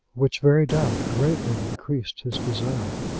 which very doubt greatly increased his desire.